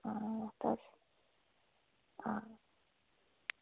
हां ते हां